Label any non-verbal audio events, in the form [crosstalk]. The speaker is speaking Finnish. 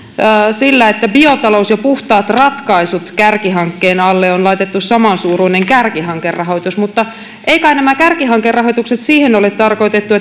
sillä että biotalous ja puhtaat ratkaisut kärkihankkeen alle on laitettu samansuuruinen kärkihankerahoitus mutta ei kai näitä kärkihankerahoituksia siihen ole tarkoitettu [unintelligible]